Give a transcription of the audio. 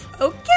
Okay